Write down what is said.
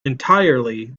entirely